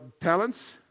talents